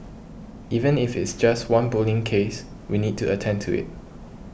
even if it's just one bullying case we need to attend to it